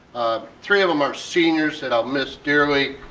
three of them are seniors that i'll miss dearly.